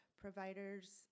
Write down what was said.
providers